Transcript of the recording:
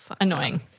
annoying